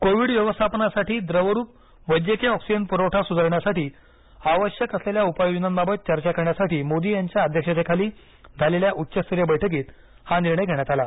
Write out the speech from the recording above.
Covid व्यवस्थापनासाठी द्रवरूप वैद्यकीय ऑक्सिजन पुरवठा सुधारण्यासाठी आवश्यक असलेल्या उपाययोजनांबाबत चर्चा करण्यासाठी मोदी यांच्या अध्यक्षतेखाली झालेल्या उच्चस्तरीय बैठकीत हा निर्णय घेण्यात आला